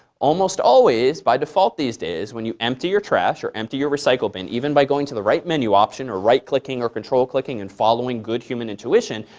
almost always, by default these days, when you empty your trash or empty your recycle bin, even by going to the right menu option, or right clicking, or control clicking and following good human intuition,